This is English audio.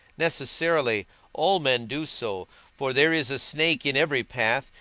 necessarily all men do so for there is a snake in every path,